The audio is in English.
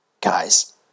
guys